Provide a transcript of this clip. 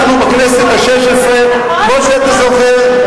אנחנו בכנסת השש-עשרה, כמו שאתה זוכר,